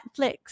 Netflix